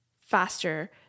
faster